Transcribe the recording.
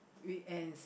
weekends